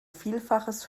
vielfaches